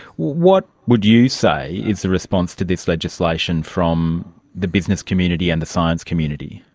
what would you say is the response to this legislation from the business community and the science community?